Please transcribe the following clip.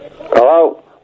Hello